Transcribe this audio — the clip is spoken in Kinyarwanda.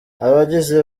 abagize